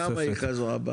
למה היא חזרה בה?